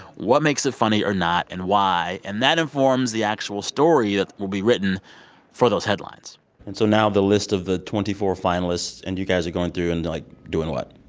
what makes it funny or not and why. and that informs the actual story that will be written for those headlines and so now the list of the twenty four finalists. and you guys are going through and, like, doing what?